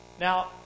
Now